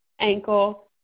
ankle